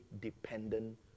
dependent